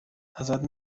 ازت